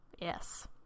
Yes